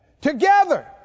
together